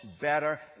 better